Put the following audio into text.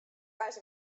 eins